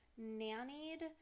nannied